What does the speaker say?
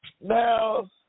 Now